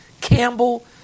Campbell